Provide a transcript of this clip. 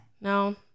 no